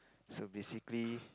so basically